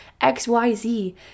XYZ